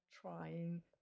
trying